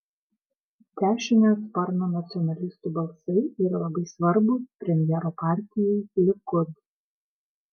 dešiniojo sparno nacionalistų balsai yra labai svarbūs premjero partijai likud